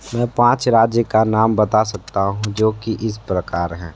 मैं पाँच राज्य का नाम बता सकता हूँ जो कि इस प्रकार हैं